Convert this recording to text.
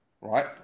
right